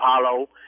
Apollo